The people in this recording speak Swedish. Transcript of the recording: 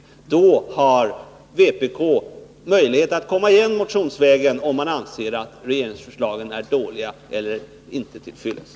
Och vpk har möjlighet att komma igen motionsvägen, om man anser att regeringsförslagen är dåliga eller otillräckliga.